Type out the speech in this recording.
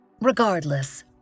Regardless